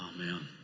Amen